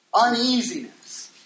Uneasiness